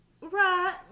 Right